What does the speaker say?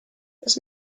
this